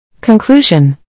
Conclusion